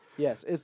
Yes